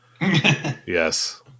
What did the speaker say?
Yes